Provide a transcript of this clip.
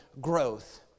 growth